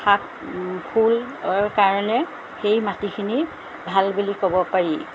শাক ফুলৰ কাৰণে সেই মাটিখিনি ভাল বুলি ক'ব পাৰি